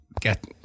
get